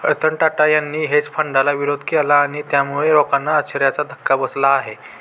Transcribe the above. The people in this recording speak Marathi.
रतन टाटा यांनी हेज फंडाला विरोध केला आणि त्यामुळे लोकांना आश्चर्याचा धक्का बसला आहे